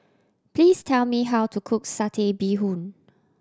please tell me how to cook Satay Bee Hoon